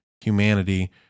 humanity